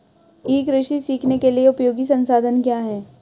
ई कृषि सीखने के लिए उपयोगी संसाधन क्या हैं?